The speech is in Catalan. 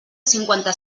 cinquanta